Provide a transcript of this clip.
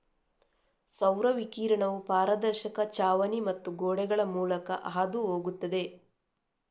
ಸೌರ ವಿಕಿರಣವು ಪಾರದರ್ಶಕ ಛಾವಣಿ ಮತ್ತು ಗೋಡೆಗಳ ಮೂಲಕ ಹಾದು ಹೋಗುತ್ತದೆ